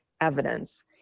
evidence